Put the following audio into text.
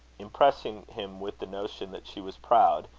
impressing him with the notion that she was proud,